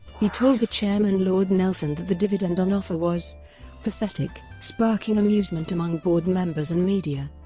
he told the chairman lord nelson that the dividend on offer was pathetic, sparking amusement among board members and media.